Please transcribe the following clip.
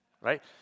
right